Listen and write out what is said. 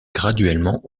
graduellement